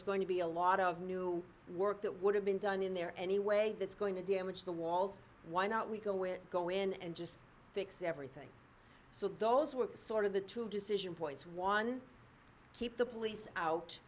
's going to be a lot of new work that would have been done in there anyway that's going to damage the walls why not we go in go in and just fix everything so those were sort of the two decision points one keep the police out